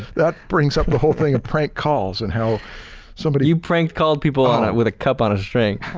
that brings up the whole thing of prank calls and how somebody stan you pranked called people on it with a cup on a string.